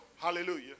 Hallelujah